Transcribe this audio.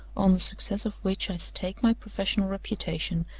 on the success of which i stake my professional reputation,